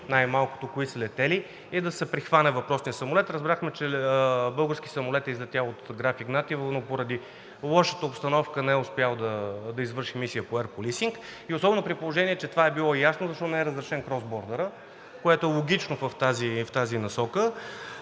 се установи кои са летели и да се прихване въпросният самолет? Разбрахме, че български самолет е излетял от Граф Игнатиево, но поради лошата обстановка не е успял да извърши мисия по Еър полисинг. И особено при положение че това е било ясно защо не е разрешен cross border, което е логично в тази насока?